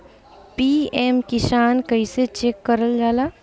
PM Kisan कइसे check करल जाला?